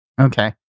Okay